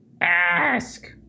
Ask